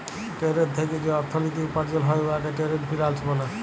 trade থ্যাইকে যে অথ্থলিতি উপার্জল হ্যয় উয়াকে টেরেড ফিল্যাল্স ব্যলে